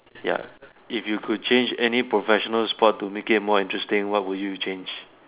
ya if you could change any professional sport to make it more interesting what would you change